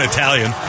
Italian